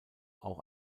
auch